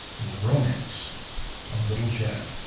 and the romance of little jetta.